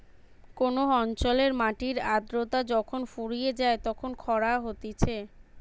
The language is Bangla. কোন অঞ্চলের মাটির আদ্রতা যখন ফুরিয়ে যায় তখন খরা হতিছে